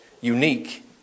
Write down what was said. unique